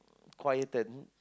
quieten